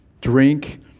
drink